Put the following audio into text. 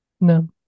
No